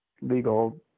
legal